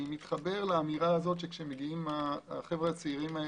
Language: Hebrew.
כשמגיעים החבר'ה הצעירים,